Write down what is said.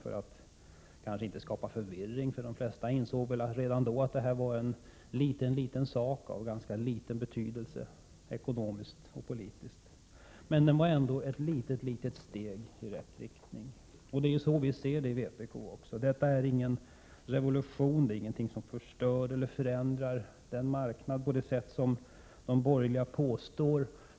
Detta gjorde man kanske inte för att skapa förvirring, för de flesta insåg väl redan då att det var en fråga av ganska ringa ekonomisk och politisk betydelse. Men skatten var ändå ett litet steg i rätt riktning. Vi i vpk anser inte att denna skatt innebär någon revolution eller något som förstör eller förändrar aktiemarknaden på det sätt som de borgerliga påstår.